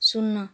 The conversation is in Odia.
ଶୂନ